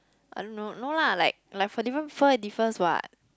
I don't know no lah like for different people it differs [what]